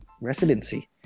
residency